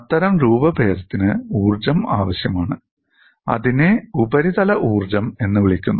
അത്തരം രൂപഭേദത്തിനു ഊർജ്ജം ആവശ്യമാണ് അതിനെ ഉപരിതല ഊർജ്ജം എന്ന് വിളിക്കുന്നു